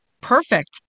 Perfect